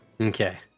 Okay